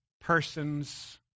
persons